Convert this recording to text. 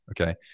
Okay